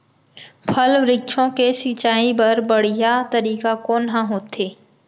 फल, वृक्षों के सिंचाई बर बढ़िया तरीका कोन ह होथे?